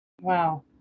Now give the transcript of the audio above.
Wow